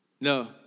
No